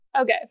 Okay